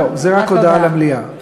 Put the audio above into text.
לא, זו רק הודעה למליאה.